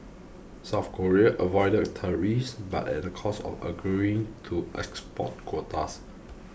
South Korea avoided tariffs but at a cost of agreeing to export quotas